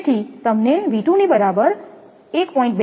તેથીતમને V2 ની બરાબર 1